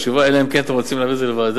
אלא אם כן אתם רוצים להעביר את זה לוועדה.